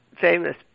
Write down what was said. famous